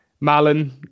Malin